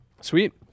Sweet